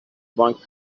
بانک